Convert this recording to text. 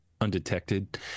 undetected